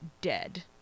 dead